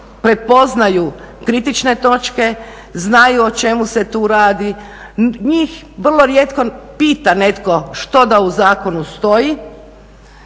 prepoznaju kritične točke, znaju o čemu se tu radi, njih vrlo rijetko pita netko što da u zakonu stoji,